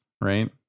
right